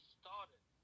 started